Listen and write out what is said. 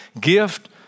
gift